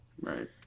Right